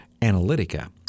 Analytica